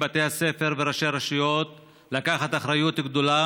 לבתי הספר ולראשי הרשויות לקחת אחריות גדולה